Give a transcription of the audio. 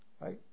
Right